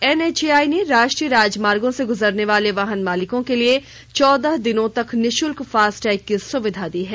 NHAI ने राष्ट्रीय राजमार्गों से गुजरने वाले वाहन मालिकों के लिए चौदह दिनों तक निःशुल्क फास्टैग की सुविधा दी है